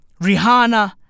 Rihanna